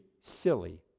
silly